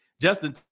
Justin